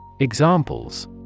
Examples